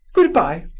good-bye.